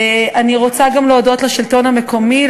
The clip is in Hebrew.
אני רוצה להודות גם לשלטון המקומי,